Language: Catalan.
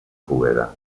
foguera